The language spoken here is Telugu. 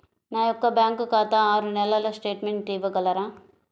నా యొక్క బ్యాంకు ఖాతా ఆరు నెలల స్టేట్మెంట్ ఇవ్వగలరా?